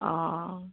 অঁ অঁ